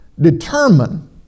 determine